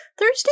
Thursday